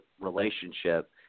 relationship